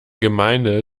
gemeinde